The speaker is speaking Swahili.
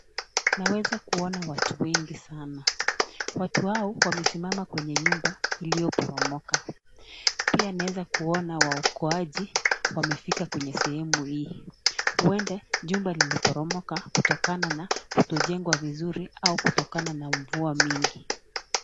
Naweza kuona watu wengi sana. Watu hao wamesimama kwenye nyumba iliyoporomoka. Pia naweza kuona waokoaji wamefika kwenye sehemu hii. Huenda chumba liliporomoka kutokana na kutojengwa vizuri au kutokana na mvua mingi.